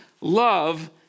love